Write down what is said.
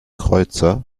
kreuzer